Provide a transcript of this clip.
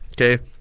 okay